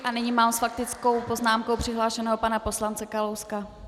A nyní mám s faktickou poznámkou přihlášeného pana poslance Kalouska.